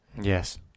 Yes